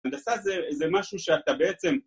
הנדסה זה משהו שאתה בעצם...